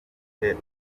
stroke